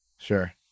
sure